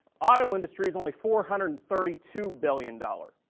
auto industry is only four hundred and thirty two billion dollar,